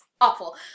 awful